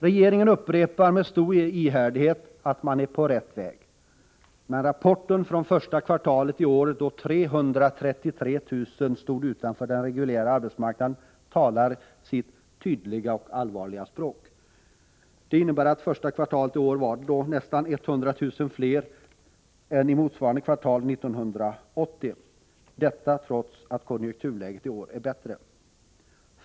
Regeringen upprepar med stor ihärdighet att man är på rätt väg. Men rapporten från första kvartalet i år, då 333 000 människor stod utanför den reguljära arbetsmarknaden, talar sitt tydliga och allvarliga språk. Det innebär att det under första kvartalet i år var nästan 100 000 fler i denna kategori än under motsvarande kvartal 1980 — detta trots att konjunkturläget i år är bättre.